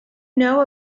know